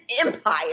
empire